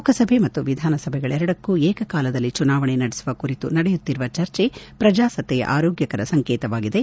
ಲೋಕಸಭೆ ಮತ್ತು ವಿಧಾನಸಭೆಗಳೆರಡಕ್ಕೂ ಏಕಕಾಲದಲ್ಲಿ ಚುನಾವಣೆ ನಡೆಸುವ ಕುರಿತು ನಡೆಯುತ್ತಿರುವ ಚರ್ಚೆ ಪ್ರಜಾಸತ್ತೆಯ ಆರೋಗ್ಲಕರ ಸಂಕೇತವಾಗಿದೆ